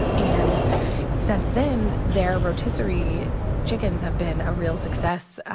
and since then, their rotisserie chickens have been a real success.